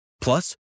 Plus